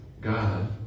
God